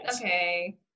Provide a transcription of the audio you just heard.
Okay